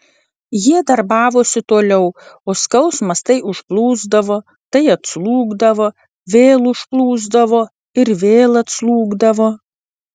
jie darbavosi toliau o skausmas tai užplūsdavo tai atslūgdavo vėl užplūsdavo ir vėl atslūgdavo